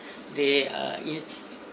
they are in